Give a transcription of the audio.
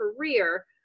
career